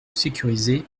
sécuriser